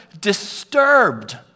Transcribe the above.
disturbed